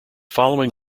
following